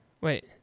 wait